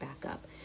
backup